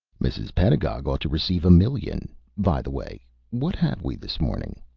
mrs. pedagog ought to receive a million by-the-way, what have we this morning?